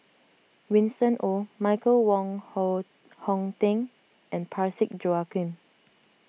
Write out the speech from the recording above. Winston Oh Michael Wong Hon Hong Teng and Parsick Joaquim